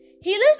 Healers